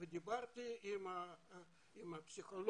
ודיברתי עם הפסיכולוג,